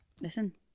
Listen